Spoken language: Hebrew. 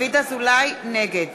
נגד